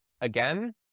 again